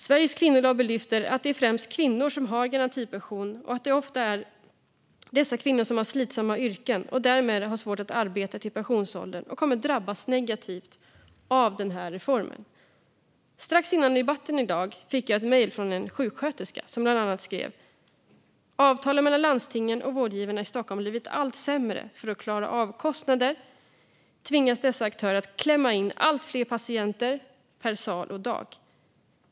Sveriges Kvinnolobby lyfter att det främst är kvinnor som har garantipension och att det ofta är dessa kvinnor som har slitsamma yrken och därmed har svårt att arbeta till pensionsåldern och kommer att drabbas negativt av den här reformen. Strax före debatten i dag fick jag ett mejl från en sjuksköterska som bland annat skrev: Avtalen mellan landstingen och vårdgivarna i Stockholm har blivit allt sämre. För att klara av kostnader tvingas dessa aktörer klämma in allt fler patienter per sal och dag.